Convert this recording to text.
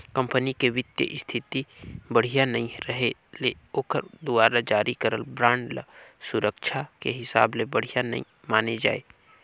company के बित्तीय इस्थिति बड़िहा नइ रहें ले ओखर दुवारा जारी करल बांड ल सुरक्छा के हिसाब ले बढ़िया नइ माने जाए